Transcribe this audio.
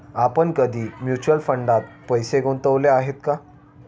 आपण कधी म्युच्युअल फंडात पैसे गुंतवले आहेत का?